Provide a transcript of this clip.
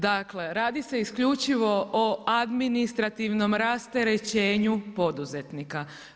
Dakle radi se isključivo o administrativnom rasterećenju poduzetnika.